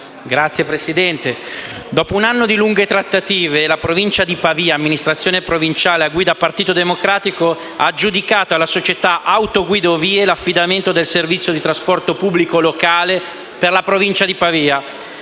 Signor Presidente, dopo un anno di lunghe trattative, la Provincia di Pavia - dove c'è un'amministrazione provinciale guidata del Partito Democratico - ha aggiudicato alla società Autoguidovie l'affidamento del servizio di trasporto pubblico locale per la Provincia stessa.